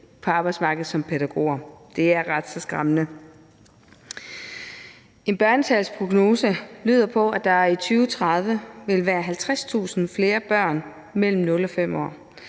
på arbejdsmarkedet som pædagoger. Det er ret skræmmende. En børnetalsprognose lyder på, at der i 2030 vil være 50.000 flere børn mellem 0 og 5 år.